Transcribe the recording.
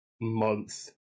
month